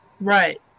Right